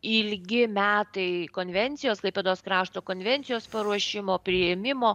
ilgi metai konvencijos klaipėdos krašto konvencijos paruošimo priėmimo